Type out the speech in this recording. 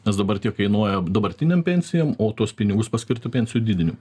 nes dabar tiek kainuoja dabartinėm pensijom o tuos pinigus paskirti pensijų didinimui